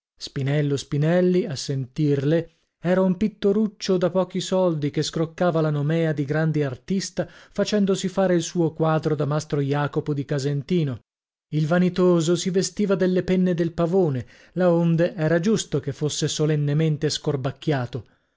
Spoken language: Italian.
spinello spinelli a sentirle era un pittoruccio da pochi soldi che scroccava la nomèa di grande artista facendosi fare il suo quadro da mastro jacopo di casentino il vanitoso si vestiva delle penne del pavone laonde era giusto che fosse solennemente scorbacchiato